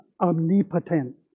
omnipotent